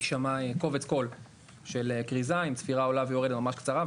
יישמע קובץ קול של כריזה עם צפירה עולה ויורדת ממש קצרה,